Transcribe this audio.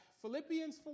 Philippians